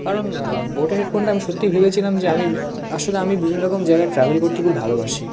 কারণ বোটের হেডফোনটা আমি সত্যিই ভেবেছিলাম যে আমি আসলে আমি বিভিন্ন রকম জায়গা ট্রাভেল করতে খুব ভালোবাসি